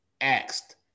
asked